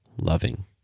loving